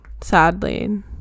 sadly